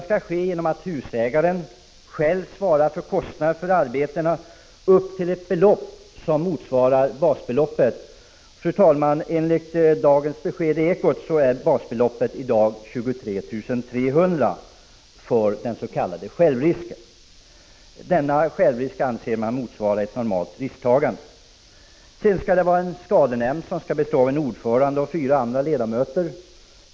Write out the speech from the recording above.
Husägaren skall själv svara för kostnaderna för arbetena upp till ett belopp som motsvarar basbeloppet. Enligt dagens besked i Ekot är basbeloppet 23 300 kr. för den s.k. självrisken. Denna självrisk anser man motsvara ett normalt risktagande. En skadenämnd skall tillsättas som skall bestå av en ordförande och fyra andra ledamöter.